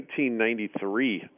1993